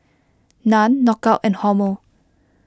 Nan Knockout and Hormel